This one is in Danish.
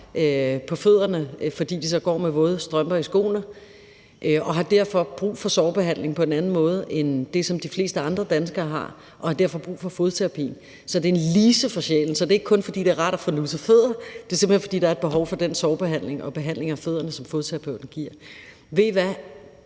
på fødderne, fordi de går med våde strømper i skoene, og de har derfor brug for sårbehandling på en anden måde, end de fleste andre danskere har. Derfor har de brug for fodterapi, og det er også en lise for sjælen. Det er ikke kun, fordi det er rart at få nusset fødder; det er simpelt hen, fordi de har behov for den sårbehandling og den behandling af fødderne, som fodterapeuten giver. Ved I hvad!